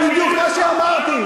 בדיוק מה שאמרתי.